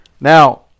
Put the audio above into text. Now